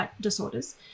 disorders